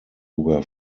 were